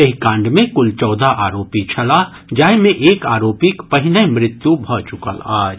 एहि कांड मे कुल चौदह आरोपी छलाह जाहि मे एक आरोपीक पहिनहि मृत्यु भऽ चुकल अछि